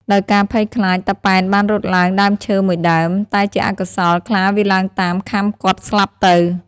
ដោយការភ័យខ្លាច តាប៉ែនបានរត់ឡើងដើមឈើមួយដើម តែជាអកុសល ខ្លាវាឡើងតាមខាំគាត់ស្លាប់ទៅ។